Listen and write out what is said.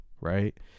right